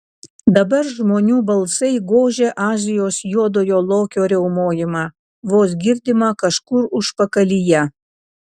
dabar žmonių balsai gožė azijos juodojo lokio riaumojimą vos girdimą kažkur užpakalyje